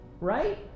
right